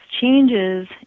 changes